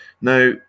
Now